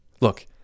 Look